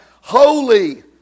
Holy